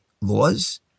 laws